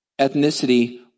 ethnicity